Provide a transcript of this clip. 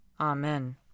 Amen